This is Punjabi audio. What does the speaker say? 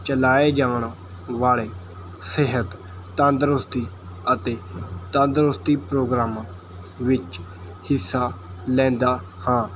ਚਲਾਏ ਜਾਣ ਵਾਲ਼ੇ ਸਿਹਤ ਤੰਦਰੁਸਤੀ ਅਤੇ ਤੰਦਰੁਸਤੀ ਪ੍ਰੋਗਰਾਮਾਂ ਵਿੱਚ ਹਿੱਸਾ ਲੈਂਦਾ ਹਾਂ